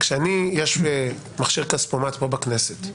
יש מכשיר כספומט פה בכנסת.